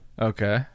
Okay